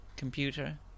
computer